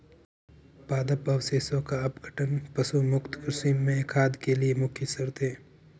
पादप अवशेषों का अपघटन पशु मुक्त कृषि में खाद के लिए मुख्य शर्त है